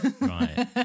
Right